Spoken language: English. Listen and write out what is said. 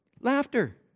Laughter